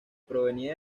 provenía